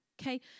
Okay